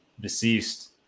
deceased